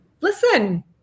listen